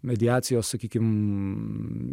mediacijos sakykim